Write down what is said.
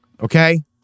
Okay